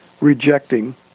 rejecting